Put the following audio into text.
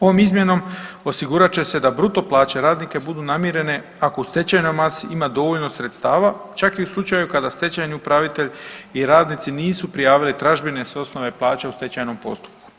Ovom izmjenom osigurat će se da bruto plaće radnika budu namirene ako u stečajnoj masi ima dovoljno sredstava čak i u slučaju kada stečajni upravitelj i radnici nisu prijavili tražbine s osnove plaće u stečajnom postupku.